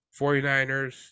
49ers